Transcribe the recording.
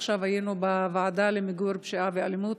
עכשיו היינו בוועדה למיגור פשיעה ואלימות